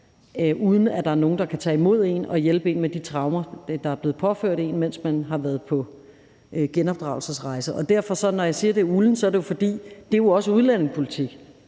uden at der er nogen, der kan tage imod det og hjælpe det med de traumer, der er blevet påført det, mens det har været på genopdragelsesrejse. Så når jeg siger, det er uldent, er det, fordi det jo også er udlændingepolitik.